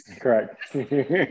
Correct